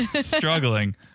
struggling